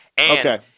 okay